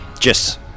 Yes